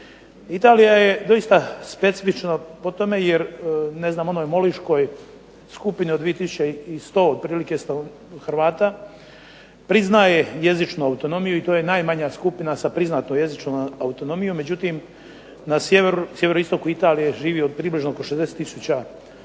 Italija je doista specifična po tome, jer ne znam onoj Moliškoj skupini od 2100 otprilike Hrvata priznaje jezičnu autonomiju i to je najmanja skupina sa priznatom jezičnom autonomijom. Međutim, na sjeveroistoku Italije živi približno oko 60000 Hrvata i